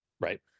Right